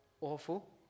awful